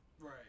Right